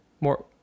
more